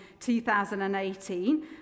2018